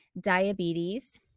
diabetes